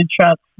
trucks